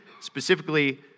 specifically